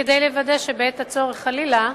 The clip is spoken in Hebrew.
כדי לוודא שבעת הצורך, חלילה,